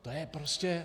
To je prostě...